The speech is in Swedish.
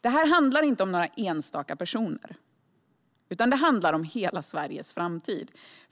Detta handlar inte om några enstaka personer, utan det handlar om hela Sveriges framtid.